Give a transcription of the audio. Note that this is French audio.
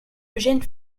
eugène